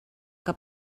que